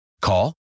Call